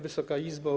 Wysoka Izbo!